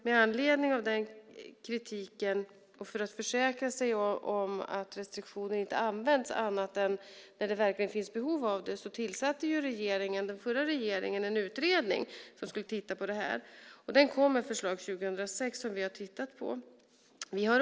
Med anledning av den kritiken och för att försäkra oss om att restriktioner inte används annat än när det verkligen finns behov av det tillsatte den förra regeringen en utredning som skulle titta på detta. Den kom med förslag 2006, och vi har tittat på dem.